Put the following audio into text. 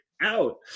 out